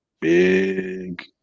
big